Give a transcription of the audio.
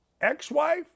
ex-wife